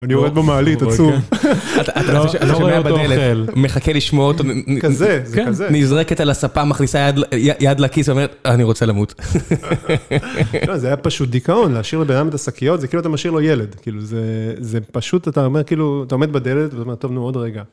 אני יורד במעלית, עצוב. אתה שומע בדלת, מחכה לשמוע אותו... זה כזה, זה כזה. נזרקת על הספה, מכניסה יד לכיס ואומרת, אני רוצה למות. זה היה פשוט דיכאון, להשאיר לבן אדם את השקיות, זה כאילו אתה משאיר לו ילד. כאילו זה פשוט, אתה אומר כאילו, אתה עומד בדלת ואומר, טוב, נו, עוד רגע.